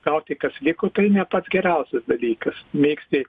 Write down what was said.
gauti kas liko tai ne pats geriausias dalykas mėgsti